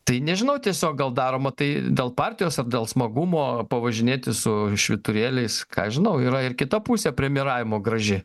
tai nežinau tiesiog gal daroma tai dėl partijos ar dėl smagumo pavažinėti su švyturėliais ką aš žinau yra ir kita pusė premjeravimo graži